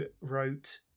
wrote